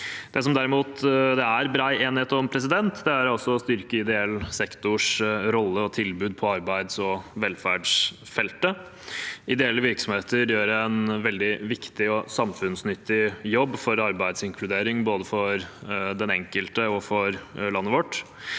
Det som det derimot er bred enighet om, er å styrke ideell sektors rolle og tilbud på arbeids- og velferdsfeltet. Ideelle virksomheter gjør en veldig viktig og samfunnsnyttig jobb for arbeidsinkludering, både for den enkelte og for landet vårt,